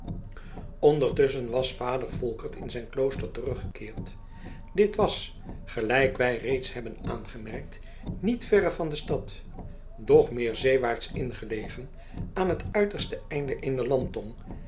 ondertusschen was vader volkert in zijn klooster teruggekeerd dit was gelijk wij reeds hebben aangemerkt niet verre van de stad doch meer zeewaarts in gelegen aan het uiterste einde